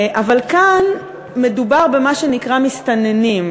כאן מדובר במה שנקרא "מסתננים",